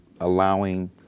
allowing